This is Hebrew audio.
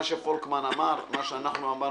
שפולקמן אמר, מה שאנחנו אמרנו.